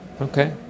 Okay